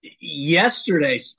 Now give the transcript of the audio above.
yesterday